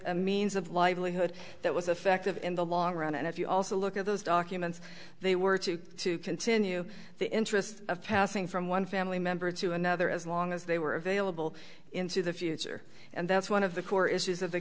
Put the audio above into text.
a means of livelihood that was effective in the long run and if you also look at those documents they were to continue the interest of passing from one family member to another as long as they were available into the future and that's and of the core issues of the